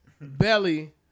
Belly